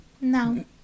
No